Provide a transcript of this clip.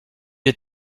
est